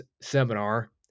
seminar